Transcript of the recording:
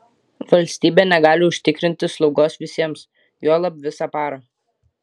valstybė negali užtikrinti slaugos visiems juolab visą parą